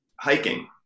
hiking